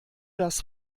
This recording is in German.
das